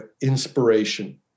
inspiration